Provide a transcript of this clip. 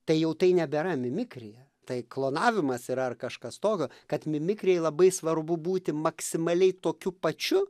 tai jau tai nebėra mimikrija tai klonavimas yra ar kažkas tokio kad mimikrijai labai svarbu būti maksimaliai tokiu pačiu